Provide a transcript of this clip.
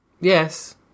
Yes